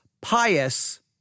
pious